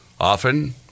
Often